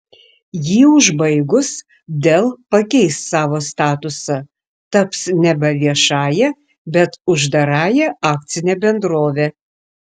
jį užbaigus dell pakeis savo statusą taps nebe viešąja bet uždarąja akcine bendrove